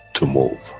to move,